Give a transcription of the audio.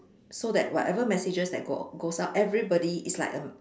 so that whatever messages that go~ goes out everybody is like a